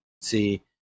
See